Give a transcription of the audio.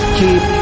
keep